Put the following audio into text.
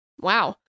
Wow